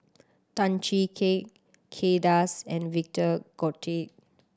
Tan Chee Kay Kay Das and Victor Doggett